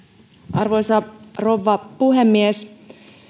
arvoisa rouva puhemies